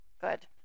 Good